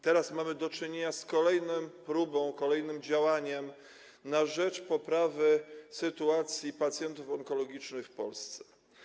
Teraz mamy do czynienia z kolejną próbą, kolejnym działaniem na rzecz poprawy sytuacji pacjentów onkologicznych w Polsce.